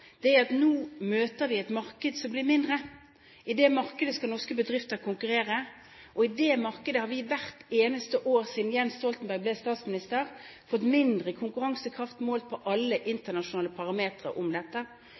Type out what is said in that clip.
Det som er utfordringen vår, er at nå møter vi et marked som blir mindre. I det markedet skal norske bedrifter konkurrere, og i det markedet har vi hvert eneste år siden Jens Stoltenberg ble statsminister, fått mindre konkurransekraft målt på alle internasjonale parametre om dette.